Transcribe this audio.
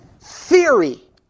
theory